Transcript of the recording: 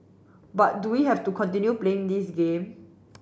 but do we have to continue playing this game